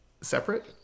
separate